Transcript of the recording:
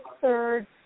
third